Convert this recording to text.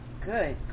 good